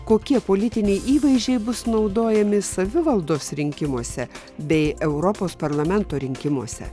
kokie politiniai įvaizdžiai bus naudojami savivaldos rinkimuose bei europos parlamento rinkimuose